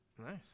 Nice